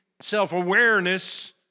Self-awareness